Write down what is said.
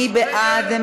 מי בעד?